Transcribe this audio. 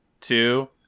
two